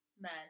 men